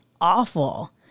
awful